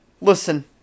Listen